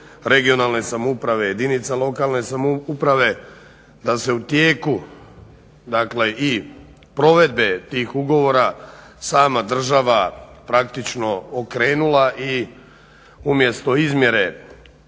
regionalne samouprave jedinica lokalne samouprave, da se u tijeku, dakle i provedbe tih ugovora, sama država praktično okrenula i umjesto izmjere